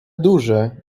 duże